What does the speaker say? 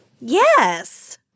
Yes